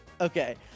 okay